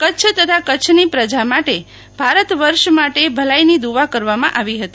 કચ્છ તથા કચ્છની પ્રજા માટે ભારત વર્ષ માટે ભલાઈની દ્ધવા કરવામાં આવી હતી